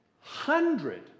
hundred